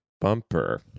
bumper